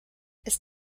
ist